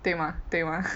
对吗对吗